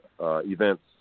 events